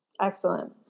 Excellent